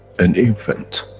an infant,